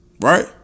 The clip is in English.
Right